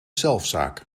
zelfzaak